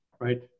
right